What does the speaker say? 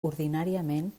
ordinàriament